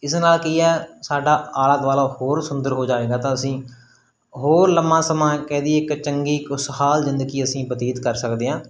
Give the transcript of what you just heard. ਇਸ ਨਾਲ ਕੀ ਹੈ ਸਾਡਾ ਆਲਾ ਦੁਆਲਾ ਹੋਰ ਸੁੰਦਰ ਹੋ ਜਾਏਗਾ ਤਾਂ ਅਸੀਂ ਹੋਰ ਲੰਮਾ ਸਮਾਂ ਕਹਿ ਦਈਏ ਇੱਕ ਚੰਗੀ ਖੁਸ਼ਹਾਲ ਜ਼ਿੰਦਗੀ ਅਸੀਂ ਬਤੀਤ ਕਰ ਸਕਦੇ ਹਾਂ